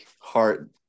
heart